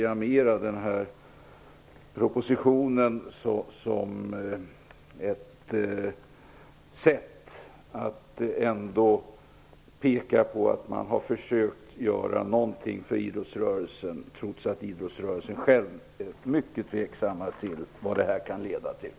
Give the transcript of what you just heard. Jag ser snarare propositionen som ett sätt att ändå peka på att man har försökt göra någonting för idrottsrörelsen. Men där är man mycket tveksam till vad detta kan leda till.